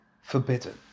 forbidden